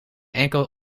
enkel